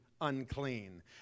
unclean